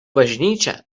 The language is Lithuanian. bažnyčia